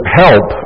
help